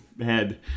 head